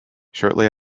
shortly